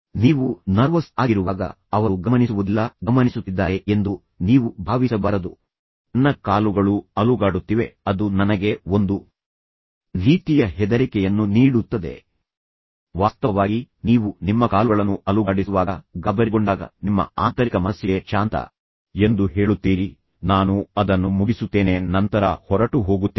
ನೀವು ನರ್ವಸ್ ಆಗಿರುವಾಗ ಅವರು ಗಮನಿಸುವುದಿಲ್ಲ ಅವರು ನನ್ನನ್ನು ಗಮನಿಸುತ್ತಿದ್ದಾರೆ ಎಂದು ನೀವು ಭಾವಿಸಬಾರದು ನನ್ನ ಕಾಲುಗಳು ಅಲುಗಾಡುತ್ತಿವೆ ಅದು ನನಗೆ ಒಂದು ರೀತಿಯ ಹೆದರಿಕೆಯನ್ನು ನೀಡುತ್ತದೆ ವಾಸ್ತವವಾಗಿ ನೀವು ನಿಮ್ಮ ಕಾಲುಗಳನ್ನು ಅಲುಗಾಡಿಸುವಾಗ ಗಾಬರಿಗೊಂಡಾಗ ನಿಮ್ಮ ಆಂತರಿಕ ಮನಸ್ಸಿಗೆ ಶಾಂತ ಎಂದು ಹೇಳುತ್ತೀರಿ ನಾನು ಅದನ್ನು ಮುಗಿಸುತ್ತೇನೆ ನಂತರ ಹೊರಟು ಹೋಗುತ್ತೇನೆ